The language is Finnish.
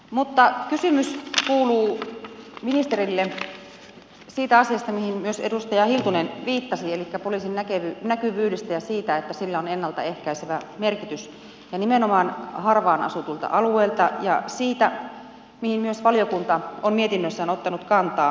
mutta kysymys kuuluu ministerille siitä asiasta mihin myös edustaja hiltunen viittasi elikkä poliisin näkyvyydestä ja siitä että sillä on ennalta ehkäisevä merkitys ja nimenomaan harvaan asutuista alueista ja siitä mihin myös valiokunta on mietinnössään ottanut kantaa